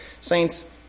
Saints